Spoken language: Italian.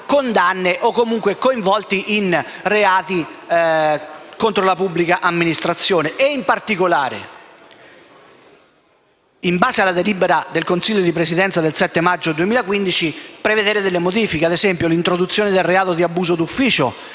condanne o coinvolti in reati contro la pubblica amministrazione. In particolare, in base alla delibera del Consiglio di Presidenza del 7 maggio 2015, chiediamo di prevedere delle modifiche: ad esempio l'introduzione del reato di abuso d'ufficio